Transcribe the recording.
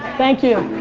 thank you.